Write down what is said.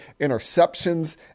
interceptions